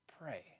Pray